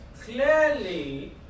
Clearly